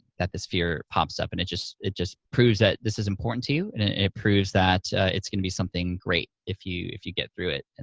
that this fear pops up. and it just it just proves that this is important to you and it proves that it's gonna be something great if you if you get through it, and